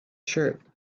shirt